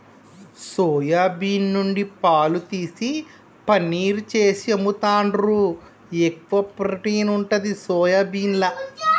soya bean నుండి పాలు తీసి పనీర్ చేసి అమ్ముతాండ్రు, ఎక్కువ ప్రోటీన్ ఉంటది సోయాబీన్ల